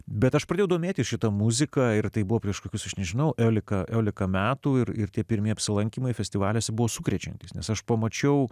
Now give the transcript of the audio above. bet aš pradėjau domėtis šita muzika ir tai buvo prieš kokius aš nežinau iolika iolika metų ir tie pirmi apsilankymai festivaliuose buvo sukrečiantys nes aš pamačiau